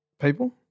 people